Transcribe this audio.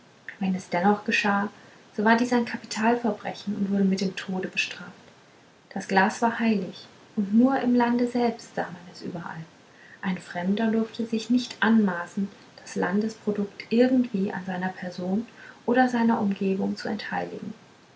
wenn es dennoch geschah so war dies ein kapitalverbrechen und wurde mit dem tode bestraft das glas war heilig und nur im lande selbst sah man es überall ein fremder durfte sich nicht anmaßen das landesprodukt irgendwie an seiner person oder seiner umgebung zu entheiligen